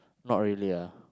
not really ah